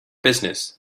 business